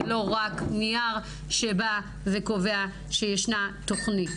ולא רק נייר שבא וקובע שישנה תוכנית.